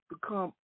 become